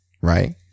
right